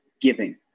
giving